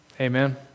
Amen